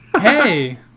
hey